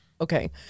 okay